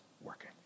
working